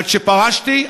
עד שפרשתי,